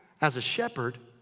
as a shepherd.